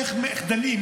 איך דנים,